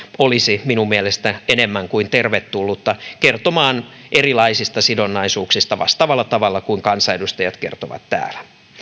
olisi minun mielestäni enemmän kuin tervetullutta kertomaan erilaisista sidonnaisuuksista vastaavalla tavalla kuin kansanedustajat kertovat täällä